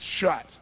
shut